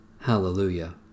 Hallelujah